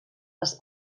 les